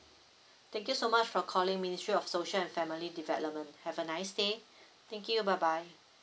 thank you so much for calling ministry of social and family development have a nice day thank you bye bye